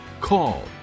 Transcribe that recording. call